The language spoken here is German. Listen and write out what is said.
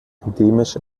endemisch